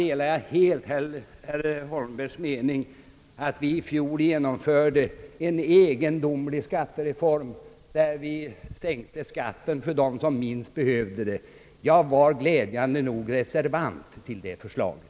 Jag delar helt herr Holmbergs mening att vi i fjol genomförde en egendomlig skattereform då vi sänkte skatten för dem som minst behövde det. Jag var glädjande nog reservant till det förslaget.